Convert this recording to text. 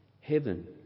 Heaven